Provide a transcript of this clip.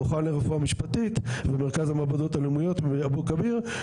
המכון לרפואה משפטית ומרכז המעבדות הלאומיות באבו כביר,